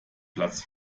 platz